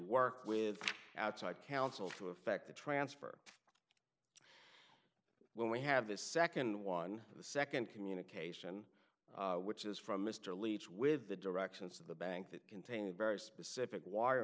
work with outside counsel to effect the transfer when we have this second one the second communication which is from mr leach with the directions to the bank that contained very specific wire